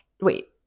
wait